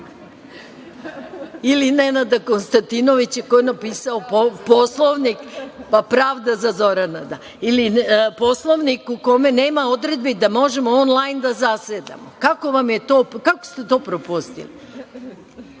ili Nenada Konstantinovića koji je napisao Poslovnik, pa pravda za Zorana ili Poslovnik u kome nema odredbi da možemo onlajn da zasedamo. Kako ste to propustili?